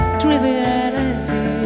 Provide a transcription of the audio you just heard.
triviality